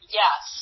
yes